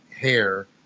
hair